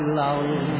love